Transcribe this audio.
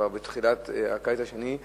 בתחילת הקיץ השני,